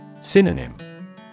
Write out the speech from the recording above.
Synonym